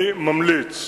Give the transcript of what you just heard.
אני ממליץ